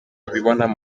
abibonamo